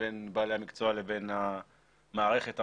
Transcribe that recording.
בין בעלי המקצוע לבין המערכת הרובוטית.